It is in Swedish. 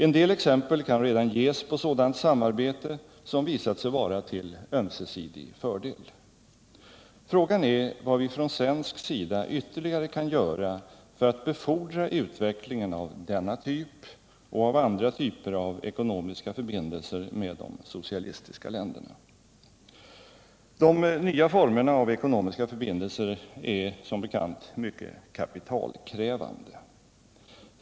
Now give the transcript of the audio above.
En del exempel kan redan ges på sådant samarbete, som visat sig vara till ömsesidig fördel. Frågan är vad vi från svensk sida ytterligare kan göra för att befordra utvecklingen av denna typ och av andra typer av ekonomiska förbindelser med de socialistiska länderna. De nya formerna av ekonomiska förbindelser är som bekant mycket kapitalkrävande.